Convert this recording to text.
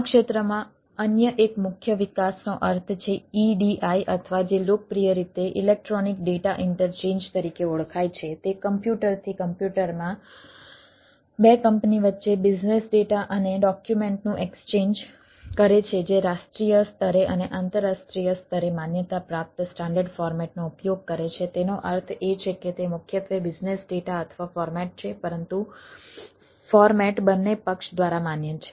આ ક્ષેત્રમાં અન્ય એક મુખ્ય વિકાસનો અર્થ છે EDI અથવા જે લોકપ્રિય રીતે ઇલેક્ટ્રોનિક ડેટા ઇન્ટરચેન્જ નો ઉપયોગ કરે છે તેનો અર્થ એ છે કે તે મુખ્યત્વે બિઝનેસ ડેટા અથવા ફોર્મેટ છે પરંતુ ફોર્મેટ બંને પક્ષ દ્વારા માન્ય છે